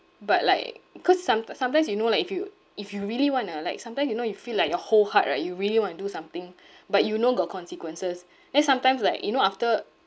but like cause some~ sometimes you know like if you if you really want to like sometimes you know you feel like your whole heart right you really want to do something but you know got consequences then sometimes like you know after